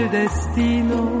destino